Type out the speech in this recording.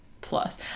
plus